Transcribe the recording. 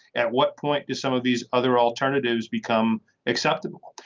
at what point does some of these other alternatives become acceptable.